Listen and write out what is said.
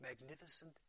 magnificent